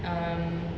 um